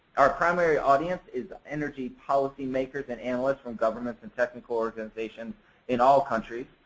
our primary audience is energy policy makers and analysts from governments and technical organizations in all countries.